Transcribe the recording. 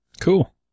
Cool